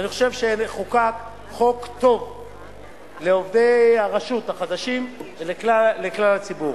אני חושב שחוקק חוק טוב לעובדי הרשות החדשים ולכלל הציבור.